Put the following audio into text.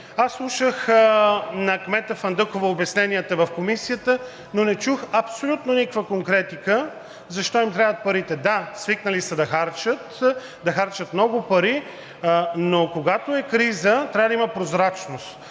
обясненията на кмета Фандъкова в Комисията, но не чух абсолютно никаква конкретика защо им трябват парите. Да, свикнали са да харчат, да харчат много пари, но когато е криза, трябва да има прозрачност.